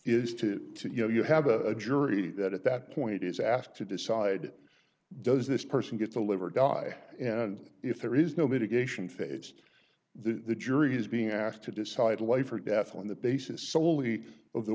is to you know you have a jury that at that point is asked to decide does this person get to live or die and if there is no mitigation phase the jury is being asked to decide life or death on the basis soley of the